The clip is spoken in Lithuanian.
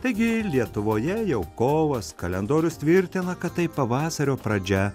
taigi lietuvoje jau kovas kalendorius tvirtina kad tai pavasario pradžia